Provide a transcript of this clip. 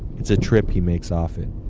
it's a trip he makes often.